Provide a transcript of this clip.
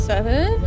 Seven